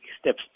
steps